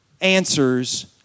answers